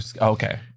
okay